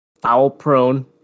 foul-prone